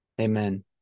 Amen